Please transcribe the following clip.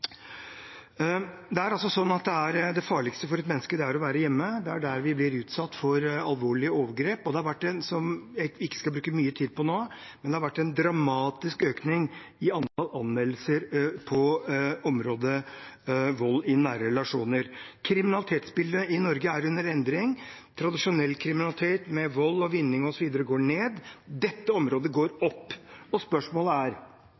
Det farligste for et menneske er å være hjemme. Det er der vi blir utsatt for alvorlige overgrep. Vi skal ikke bruke mye tid på det nå, men det har vært en dramatisk økning i antallet anmeldelser på området vold i nære relasjoner. Kriminalitetsbildet i Norge er i endring. Tradisjonell kriminalitet, som vold, vinningskriminalitet osv., går ned – på dette området går det opp. Spørsmålet er: